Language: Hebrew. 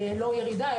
לא ירידה,